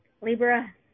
Libra